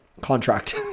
contract